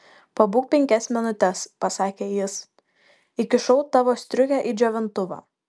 pabūk penkias minutes pasakė jis įkišau tavo striukę į džiovintuvą